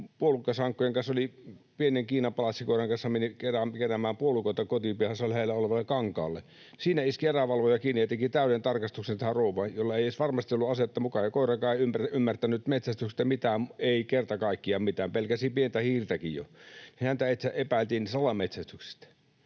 puolukkasankkojen ja pienen kiinanpalatsikoiran kanssa meni keräämään puolukoita kotipihansa lähellä olevalle kankaalle. Siinä iski erävalvoja kiinni ja teki täyden tarkastuksen tähän rouvaan, jolla ei varmasti ollut asetta mukana, ja koirakaan ei ymmärtänyt metsästyksestä mitään, ei kerta kaikkiaan mitään, pelkäsi pientä hiirtäkin jo. Häntä epäiltiin salametsästyksestä.